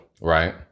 Right